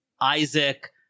Isaac